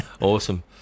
Awesome